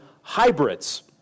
hybrids